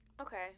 Okay